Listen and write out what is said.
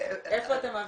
איפה היא עברה?